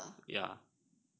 讲真的